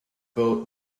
boat